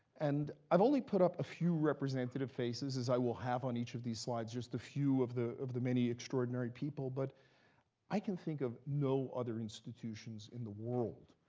and i've only put up a few representative faces, as i will have on each of these slides, just a few of the of the many extraordinary people. but i can think of no other institutions in the world,